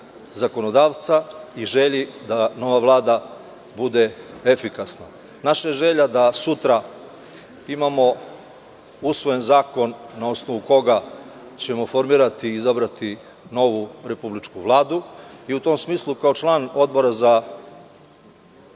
zakonodavca i želji da nova Vlada bude efikasna. Naša je želja da sutra imamo usvojen zakon na osnovu koga ćemo formirati i izabrati novu republičku Vladu. U tom smislu, kao član Odbora za